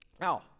Now